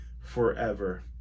forever